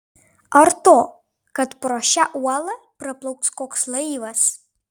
ar to kad pro šią uolą praplauks koks laivas